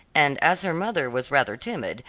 and as her mother was rather timid,